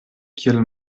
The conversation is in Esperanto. kiel